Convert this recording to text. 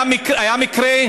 היה מקרה,